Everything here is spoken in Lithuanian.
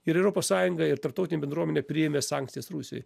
ir europos sąjunga ir tarptautinė bendruomenė priėmė sankcijas rusijai